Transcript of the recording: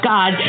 God